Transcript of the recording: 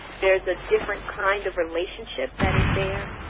there's a different kind of relationship that is there,